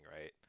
right